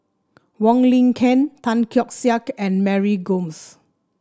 Wong Lin Ken Tan Keong Saik and Mary Gomes